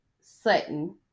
Sutton